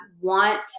want